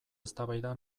eztabaida